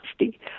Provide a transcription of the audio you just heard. nasty